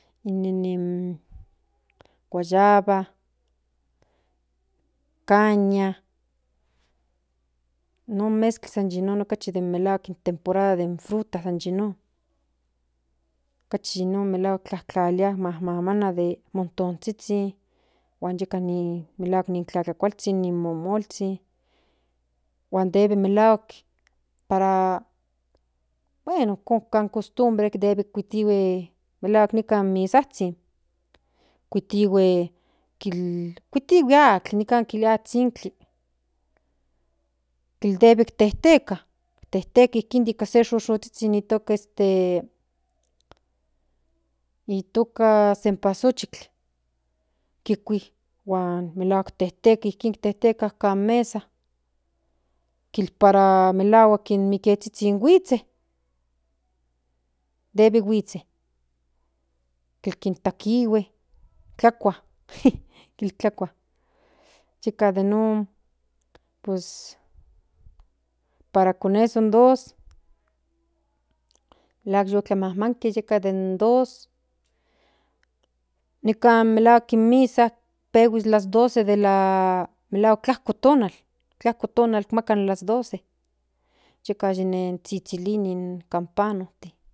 Ojka timpo pus kuitihue melahuak kuajtlan ompa nijki melahuak tlen pachkli nikan melahuak den akin melahuak dde paktia tlanis in totominzhin hasta mieke kuitihue in pashkli kuajtlan monamikia nikan kachi melahuak yi moneka cosas nikan de mero centro plaza nika canoa ompa melahua tlalia den akin kuito non kuito melahuak aveces yihue kuitue mas arbolzhin yeka yu kuai yeka nemaka yeka yu ni tlaili ni totom inzhin nin pashkli tekoko pues non nijki huejka amo san nikan cerka nijki huejka huan debe kuashkolokostihue que sasakazhin pero kualshkuejkuejtihue para con eso kisask ke cama melahuak ke pajkazhizhin seki monemakitia seki san monekikua o malahuahuak akin kuiti para melahuak este teka melahuak sen akin akin madria pues yi non tocarua kuikas.